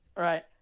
Right